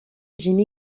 jimmy